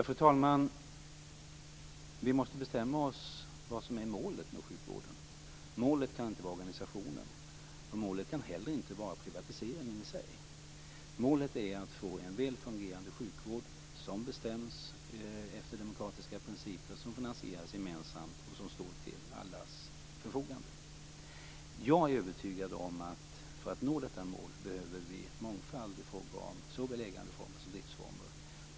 Fru talman! Vi måste bestämma oss för vad som är målet med sjukvården. Målet kan inte vara organisationen. Målet kan inte heller vara privatiseringen i sig. Målet är att få en väl fungerande sjukvård, som bestäms efter demokratiska principer, som finansieras gemensamt och som står till allas förfogande. Jag är övertygad om att för att nå detta mål behöver vi mångfald i fråga om såväl ägandeformer som driftsformer.